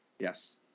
Yes